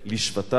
לשבטיו,